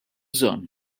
bżonn